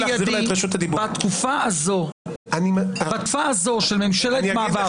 מה החשוד המיידי בתקופה הזאת של ממשלת מעבר?